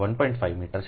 5 metre છે